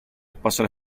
possono